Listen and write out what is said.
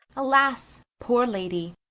alas poore lady,